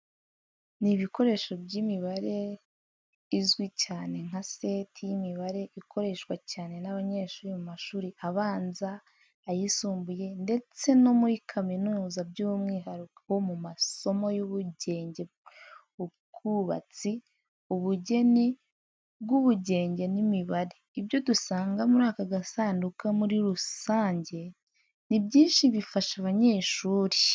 Ni ibikoresho by'imibare izwi cyane nka seti y'imibare ikoreshwa cyane n’abanyeshuri mu mashuri abanza, ayisumbuye ndetse no muri kaminuza, by'umwihariko mu masomo y'ubugenge ubwubatsi I ubugeni bw'ubugenge n’imibare. Ibyo dusanga muri aka gasunduku muri rusange ni byinshi bifasha abanyeshuri.